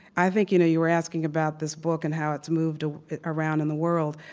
i think you know you were asking about this book and how it's moved ah around in the world.